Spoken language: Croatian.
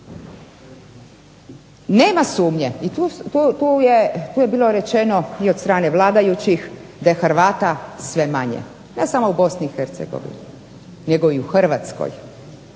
Nema sumnje i tu je bilo rečeno i od strane vladajućih da je Hrvata sve manje, ne samo u Bosni i Hercegovini nego i u Hrvatskoj